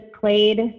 played